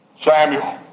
Samuel